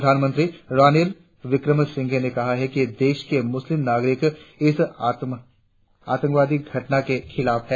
प्रधानमंत्री रानिल विक्रमसिंघे ने कहा कि देश के मुस्लिम नागरिक इस आतंकवादी घटना के खिलाफ हैं